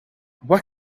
what